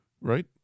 Right